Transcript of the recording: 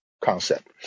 concept